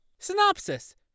Synopsis